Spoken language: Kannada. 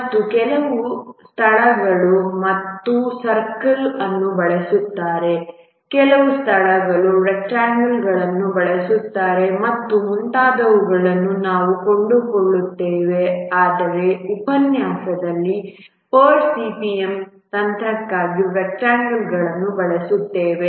ಮತ್ತು ಕೆಲವು ಸ್ಥಳಗಳು ಅವರು ಸರ್ಕಲ್ ಅನ್ನು ಬಳಸುತ್ತಾರೆ ಕೆಲವು ಸ್ಥಳಗಳು ರೆಕ್ಟ್ಯಾಂಗ್ಲ್ಗಳನ್ನು ಬಳಸುತ್ತಾರೆ ಮತ್ತು ಮುಂತಾದವುಗಳನ್ನು ನಾವು ಕಂಡುಕೊಳ್ಳುತ್ತೇವೆ ಆದರೆ ನಮ್ಮ ಉಪನ್ಯಾಸದಲ್ಲಿ PERT CPM ತಂತ್ರಕ್ಕಾಗಿ ರೆಕ್ಟ್ಯಾಂಗ್ಲ್ಗಳನ್ನು ಬಳಸುತ್ತೇವೆ